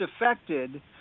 affected